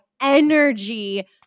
energy